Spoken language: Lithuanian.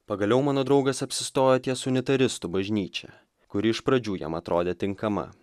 pagaliau mano draugas apsistojo ties unitaristų bažnyčia kuri iš pradžių jam atrodė tinkama